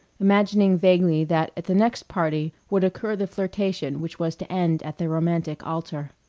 imagining vaguely that at the next party would occur the flirtation which was to end at the romantic altar.